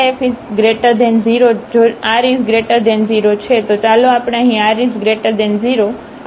તો ચાલો આપણે અહીં r 0 r 0 ધારીએ